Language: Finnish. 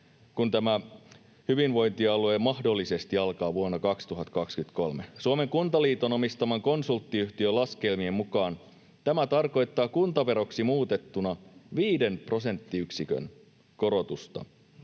kun hyvinvointialueet mahdollisesti alkavat vuonna 2023. Suomen Kuntaliiton omistaman konsulttiyhtiön laskelmien mukaan tämä tarkoittaa kuntaveroksi muutettuna 5 prosenttiyksikön korotusta.